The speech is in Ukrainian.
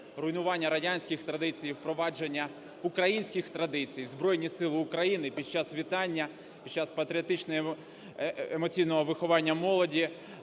руйнування радянських традицій, впровадження українських традицій в Збройні Сили України під час вітання, під час патріотичного емоційного виховання молоді,